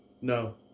No